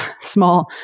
small